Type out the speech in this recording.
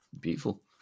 beautiful